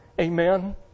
Amen